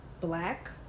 black